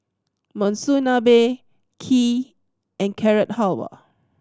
Monsunabe Kheer and Carrot Halwa